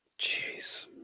Jeez